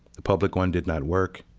the public one did not work.